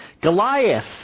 Goliath